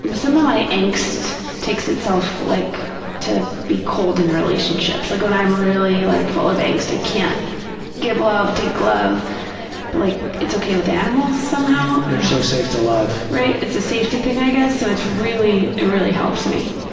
but some of my angst takes itself like to be cold in relationships. like, when i'm really like full of angst, i can't give love, take love, but like it's okay with animals somehow. they're so safe to love. right? it's a safety thing, i guess, so it's really, it really helps me.